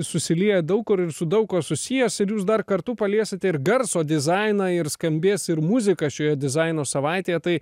susilieja daug kur su daug kuo susijęs ir jūs dar kartu paliesite ir garso dizainą ir skambės ir muzika šioje dizaino savaitėje tai